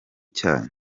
cyanyu